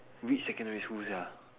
which secondary school sia